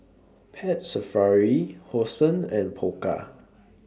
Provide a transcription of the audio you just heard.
Pet Safari Hosen and Pokka